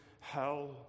hell